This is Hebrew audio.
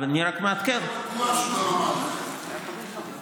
אני רק מעדכן, לא בטוח שהוא גם אמר לך את זה.